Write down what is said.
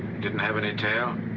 didn't have any tail.